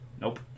Nope